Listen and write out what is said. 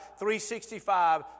365